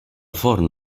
forn